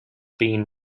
been